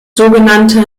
sogenannte